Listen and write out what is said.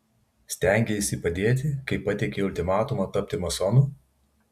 stengeisi padėti kai pateikei ultimatumą tapti masonu